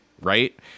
Right